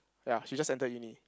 ya she just entered uni